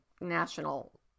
national